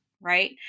right